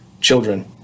children